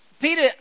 Peter